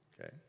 Okay